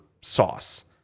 sauce